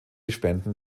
spenden